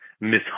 miss